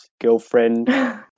girlfriend